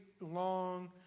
long